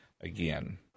again